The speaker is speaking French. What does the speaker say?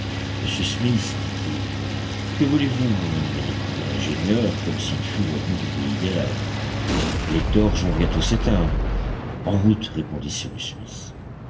monsieur smith dit-il que voulez-vous mon ami répondit l'ingénieur comme s'il fût revenu du pays des rêves les torches vont bientôt s'éteindre en route